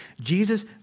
Jesus